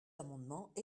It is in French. amendement